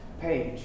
page